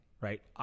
right